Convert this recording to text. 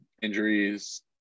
Injuries